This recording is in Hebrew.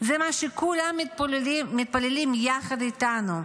זה מה שכולם מתפללים יחד איתנו.